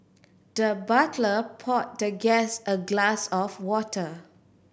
the butler poured the guest a glass of water